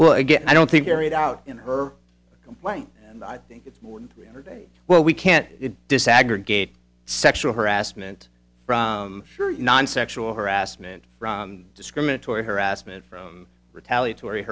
well again i don't think carried out in her complaint and i think it's more than three hundred eight well we can't it does aggregate sexual harassment from sure non sexual harassment from discriminatory harassment from retaliatory